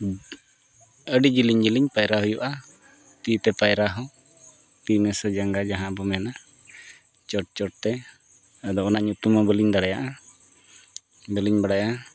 ᱟᱹᱰᱤ ᱡᱮᱞᱮᱧ ᱡᱮᱞᱮᱧ ᱯᱟᱭᱨᱟ ᱦᱩᱭᱩᱜᱼᱟ ᱛᱤᱛᱮ ᱯᱟᱭᱨᱟ ᱦᱚᱸ ᱛᱤ ᱢᱮᱥᱟ ᱡᱟᱸᱜᱟ ᱡᱟᱦᱟᱸ ᱵᱚᱱ ᱢᱮᱱᱟ ᱪᱚᱴ ᱪᱚᱴ ᱛᱮ ᱟᱫᱚ ᱚᱱᱟ ᱧᱩᱛᱩᱢ ᱢᱟ ᱵᱟᱹᱞᱤᱧ ᱫᱟᱲᱮᱭᱟᱜᱼᱟ ᱵᱟᱹᱞᱤᱧ ᱵᱟᱲᱟᱭᱟ